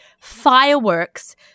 fireworks